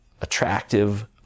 attractive